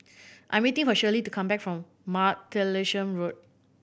I am waiting for Shirley to come back from Martlesham Road